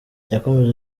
yakomeje